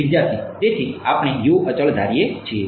વિદ્યાર્થી તેથી આપણે અચળ ધારીએ છીએ